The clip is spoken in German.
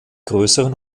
größeren